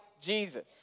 Jesus